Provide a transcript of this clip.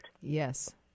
Yes